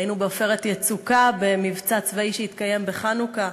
היינו ב"עופרת יצוקה", במבצע צבאי שהתקיים בחנוכה,